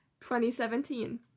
2017